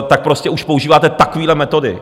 tak prostě už používáte takovéhle metody.